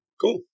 Cool